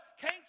came